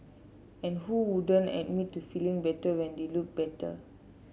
and who wouldn't admit to feeling better when they look better